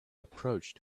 approached